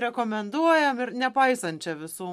rekomenduojam ir nepaisant čia visų